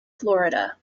florida